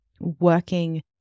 working